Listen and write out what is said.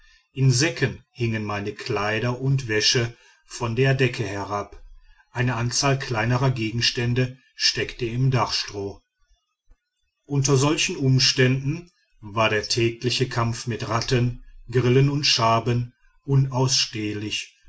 in säcken hingen meine kleider und wäsche von der decke herab eine anzahl kleiner gegenstände steckte im dachstroh unter solchen umständen war der tägliche kampf mit ratten grillen und schaben unausstehlich